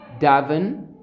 daven